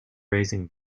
raising